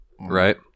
right